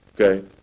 okay